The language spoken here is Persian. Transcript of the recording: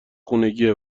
خونگیه